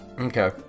Okay